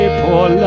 poor